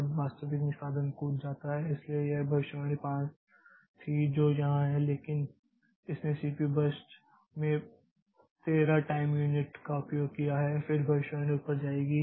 अब वास्तविक निष्पादन कूद जाता है इसलिए यह भविष्यवाणी 5 थी जो यहां है लेकिन इसने सीपीयू बर्स्ट में 13 टाइम यूनिट्स का उपयोग किया है फिर भविष्यवाणी ऊपर जाएगी